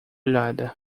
olhada